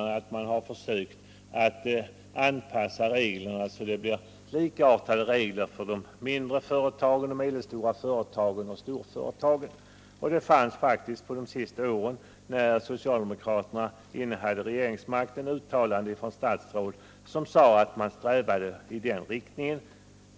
Men vad som har skett är egentligen bara att man har försökt skapa likartade regler för de mindre företagen, de medelstora och storföretagen. Under senare år av den socialdemokratiska regeringstiden förekom det faktiskt uttalanden från statsråd som gick ut på att man strävade iden riktningen.